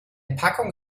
packung